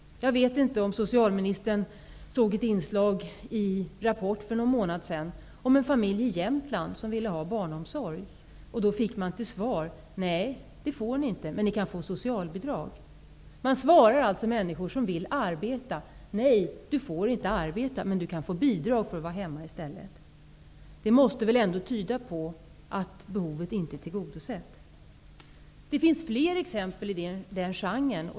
Jag vet inte om socialministern såg ett inslag i Rapport för någon månad sedan om en familj i Jämtland som ville ha barnomsorg. Familjen fick till svar att den inte kunde få barnomsorg men att den däremot kunde få socialbidrag. Människor som vill arbeta får alltså till svar: Nej, du får inte arbeta. I stället kan du få bidrag för att du är hemma. Det måste väl tyda på att behovet av barnomsorg inte är tillgodosett. Det finns fler exempel av den genren.